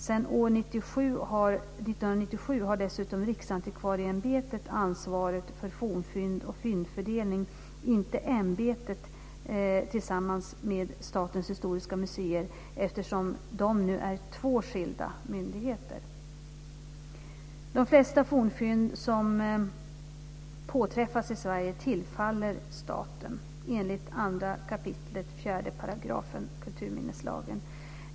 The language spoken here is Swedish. Sedan år 1997 har dessutom Riksantikvarieämbetet ansvaret för fornfynd och fyndfördelning - inte ämbetet tillsammans med Statens historiska museer, eftersom de nu är två skilda myndigheter. De flesta fornfynd som påträffas i Sverige tillfaller staten, enligt 2 kap. 4 § KML.